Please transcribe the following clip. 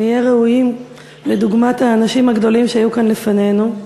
שנהיה ראויים לדוגמת האנשים הגדולים שהיו כאן לפנינו,